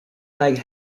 leg